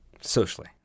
Socially